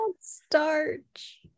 starch